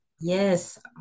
Yes